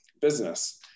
business